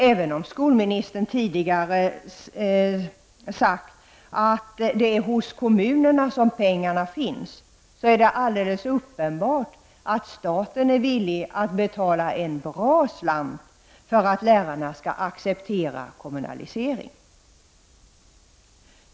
Även om skolministern tidigare sagt att det är hos kommunerna som pengarna finns, är det alldeles uppenbart att staten är villig att betala en bra slant för att lärarna skall acceptera kommunalisering.